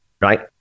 Right